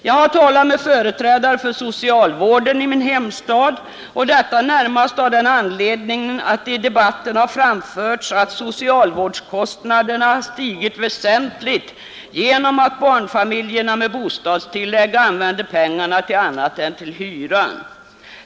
Jag har talat med företrädare för socialvården i min hemstad och detta närmast av den anledningen att det i debatten framförts att socialvårdskostnaderna stigit väsentligt genom att barnfamiljerna med bostadstillägg använder pengarna till annat än hyran.